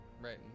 right